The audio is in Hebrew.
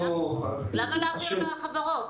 למה להעביר לחברות?